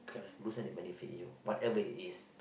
do something that benefit you whatever what it is